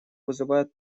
вызывают